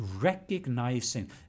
recognizing